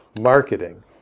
marketing